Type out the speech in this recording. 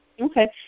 Okay